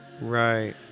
Right